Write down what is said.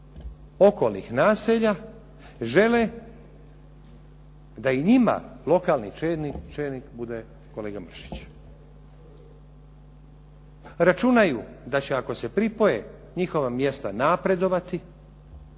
okolnih naselja žele da i njima lokalni čelnik bude kolega Mršić. Računaju da će ako se pripoje njihova mjesta napredovati